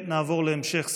נעבור להמשך סדר-היום: